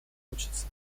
хочется